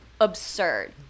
absurd